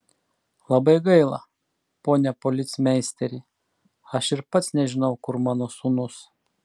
labai gaila pone policmeisteri aš ir pats nežinau kur mano sūnus